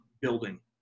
building